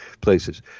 places